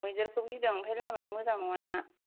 मैदेरखौ गिदों आमफ्राय लामायानो मोजां नङा ना